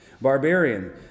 barbarian